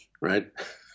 right